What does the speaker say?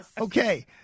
okay